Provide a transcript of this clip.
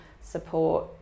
support